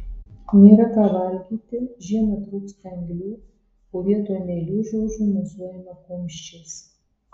nėra ką valgyti žiemą trūksta anglių o vietoj meilių žodžių mosuojama kumščiais